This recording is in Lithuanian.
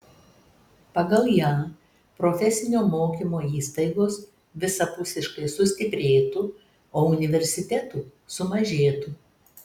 pagal ją profesinio mokymo įstaigos visapusiškai sustiprėtų o universitetų sumažėtų